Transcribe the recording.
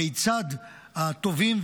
כיצד הטובים,